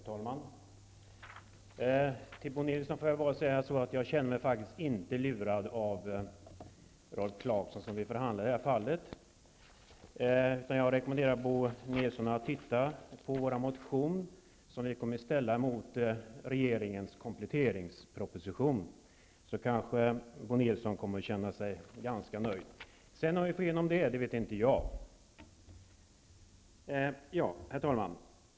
Herr talman! Till Bo Nilsson vill jag säga att jag inte känner mig lurad av Rolf Clarkson som vi i detta fall förhandlade med. Jag rekommenderar Bo Nilsson att läsa vår motion, som vi kommer att ställa mot regeringens kompletteringsproposition. Då kommer kanske Bo Nilsson att känna sig ganska nöjd. Om vi får igenom förslaget vet jag inte. Herr talman!